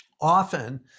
often